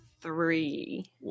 three